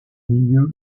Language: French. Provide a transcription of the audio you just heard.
milieu